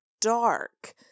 dark